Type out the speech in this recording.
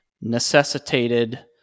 necessitated